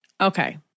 Okay